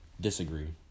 Disagree